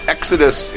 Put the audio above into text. Exodus